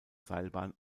seilbahn